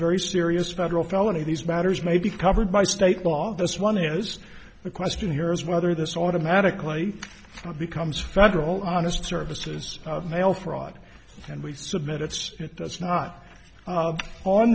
very serious federal felony these matters may be covered by state law this one is the question here is whether this automatically becomes federal honest services mail fraud and we submit it's it does not